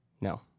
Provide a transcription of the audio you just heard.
No